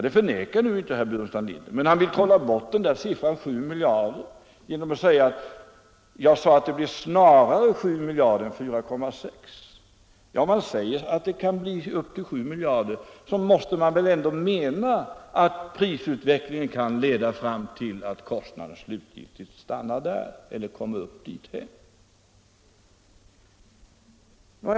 Det förnekar inte herr Burenstam Linder, men han vill trolla bort siffran 7 miljarder genom att påstå att han sade att det blir snarare 7 miljarder än 4,6 miljarder. Om man säger att kostnaden kan bli upp till 7 miljarder, måste man väl ändå mena att prisutvecklingen kan leda till att den slutliga kostnaden stannar där.